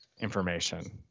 information